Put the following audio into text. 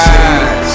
eyes